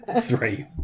Three